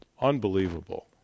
unbelievable